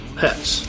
pets